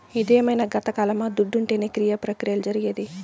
ఇదేమైన గతకాలమా దుడ్డుంటేనే క్రియ ప్రక్రియలు జరిగేది